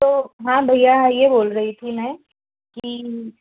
तो हाँ भइया ये बोल रही थी मैं